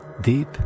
deep